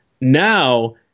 now